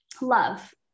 love